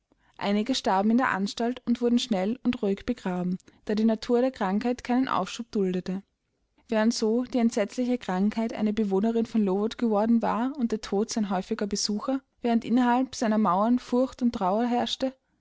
einige starben in der anstalt und wurden schnell und ruhig begraben da die natur der krankheit keinen aufschub duldete während so die entsetzliche krankheit eine bewohnerin von lowood geworden war und der tod sein häufiger besucher während innerhalb seiner mauern furcht und trauer herrschten